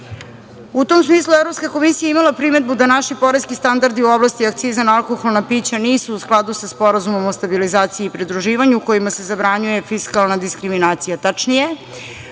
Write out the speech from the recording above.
tom smislu Evropska komisija je imala primedbu da naši poreski standardi u oblasti akciza na alkoholna pića nisu u skladu sa Sporazumom o stabilizaciji i pridruživanju kojima se zabranjuje fiskalna diskriminacija. Tačnije,